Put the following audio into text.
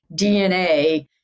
DNA